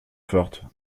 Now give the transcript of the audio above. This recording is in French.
forte